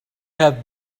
have